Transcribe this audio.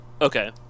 okay